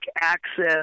access